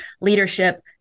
leadership